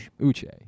Uche